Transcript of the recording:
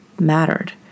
mattered